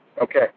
Okay